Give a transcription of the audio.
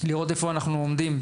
לראות איפה אנחנו עומדים.